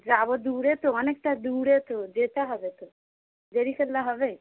যাব দূরে তো অনেকটা দূরে তো যেতে হবে তো দেরি করলে হবে